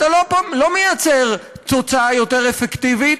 אתה לא מייצר תוצאה יותר אפקטיבית,